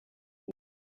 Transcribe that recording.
war